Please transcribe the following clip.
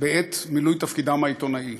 בעת מילוי תפקידם העיתונאי.